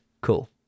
cool